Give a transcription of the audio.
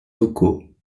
locaux